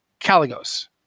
Caligos